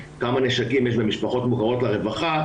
כמה נשקים יש במשפחות מוכרות לרווחה,